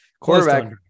quarterback